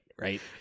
Right